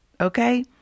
Okay